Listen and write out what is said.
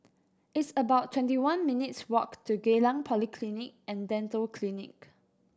it's about twenty one minutes' walk to Geylang Polyclinic And Dental Clinic